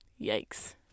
Yikes